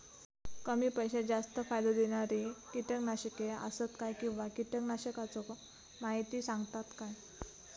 कमी पैशात जास्त फायदो दिणारी किटकनाशके आसत काय किंवा कीटकनाशकाचो माहिती सांगतात काय?